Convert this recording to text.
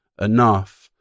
enough